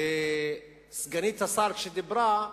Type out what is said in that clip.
וסגנית השר כשדיברה,